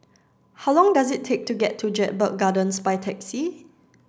how long does it take to get to Jedburgh Gardens by taxi